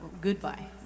Goodbye